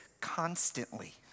constantly